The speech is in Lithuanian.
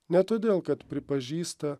ne todėl kad pripažįsta